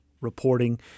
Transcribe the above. reporting